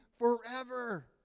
forever